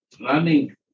running